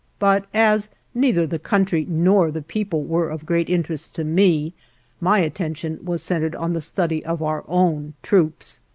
but as neither the country nor the people were of great interest to me my attention was centered on the study of our own troops.